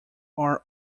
are